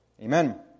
Amen